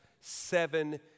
seven